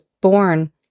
born